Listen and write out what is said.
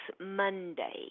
Monday